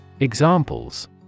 Examples